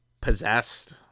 possessed